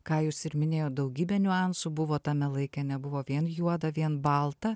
ką jūs ir minėjot daugybė niuansų buvo tame laike nebuvo vien juoda vien balta